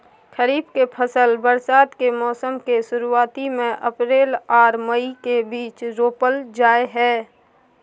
खरीफ के फसल बरसात के मौसम के शुरुआती में अप्रैल आर मई के बीच रोपल जाय हय